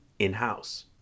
in-house